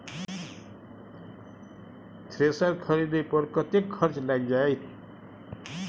Thresher खरीदे पर कतेक खर्च लाईग जाईत?